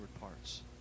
parts